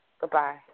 Goodbye